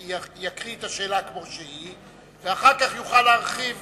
יקרא את השאלה כמו שהיא, ואחר כך יוכל להרחיב.